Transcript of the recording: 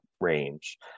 range